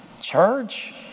church